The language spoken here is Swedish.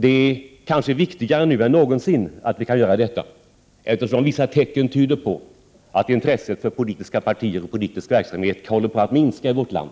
Det är kanske viktigare nu än någonsin att vi kan göra det, eftersom vissa tecken tyder på att intresset för politiska partier och politisk verksamhet håller på att minska i vårt land.